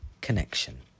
Connection